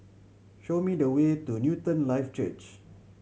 show me the way to Newton Life Church